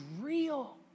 real